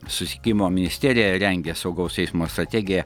susisiekimo ministerija rengia saugaus eismo strategiją